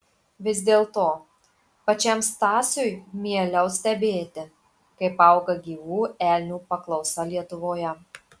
vis dėlto pačiam stasiui mieliau stebėti kaip auga gyvų elnių paklausa lietuvoje